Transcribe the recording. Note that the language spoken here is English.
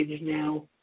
now